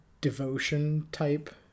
devotion-type